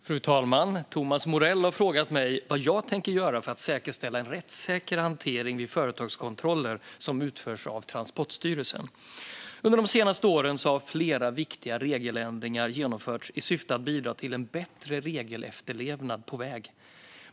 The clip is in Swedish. Fru talman! Thomas Morell har frågat mig vad jag tänker göra för att säkerställa en rättssäker hantering vid företagskontroller som utförs av Transportstyrelsen. Under de senaste åren har flera viktiga regeländringar genomförts i syfte att bidra till en bättre regelefterlevnad på väg.